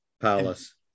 palace